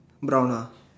brown ah